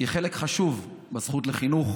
חלק חשוב מהזכות לחינוך